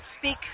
speak